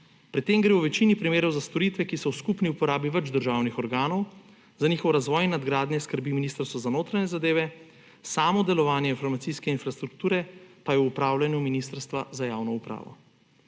Pri tem gre v večini primerov za storitve, ki so v skupni uporabi več državnih organov, za njihov razvoj in nadgradnje skrbi Ministrstvo za notranje zadeve, samo delovanje informacijske infrastrukture pa je v upravljanju Ministrstva za javno upravo.